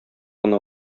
гына